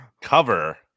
cover